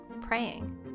praying